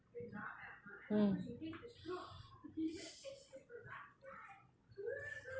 mm